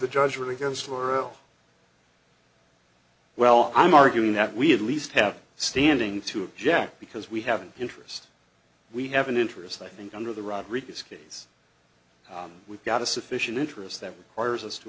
the judgement against for oh well i'm arguing that we at least have standing to object because we have an interest we have an interest i think under the rodriguez case we've got a sufficient interest that requires us to